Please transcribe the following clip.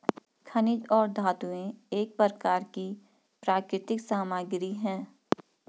खनिज और धातुएं एक प्रकार की प्राकृतिक सामग्री हैं